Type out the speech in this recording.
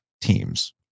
teams